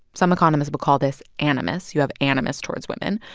some economists would call this animus. you have animus towards women.